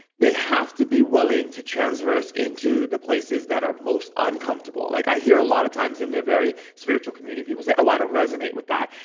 they have to be willing to transverse into the places that are most uncomfortable. like i hear a lot of times in the very spiritual community, people say, oh, i don't resonate with that.